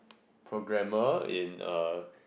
programmer in a